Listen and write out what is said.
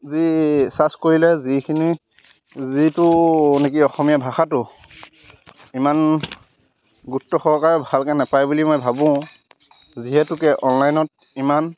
যি চাৰ্চ কৰিলে যিখিনি যিটো নেকি অসমীয়া ভাষাটো ইমান গুৰুত্ব সৰকাৰে ভালকৈ নেপায় বুলি মই ভাবোঁ যিহেতুকে অনলাইনত ইমান